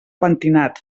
pentinat